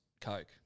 Coke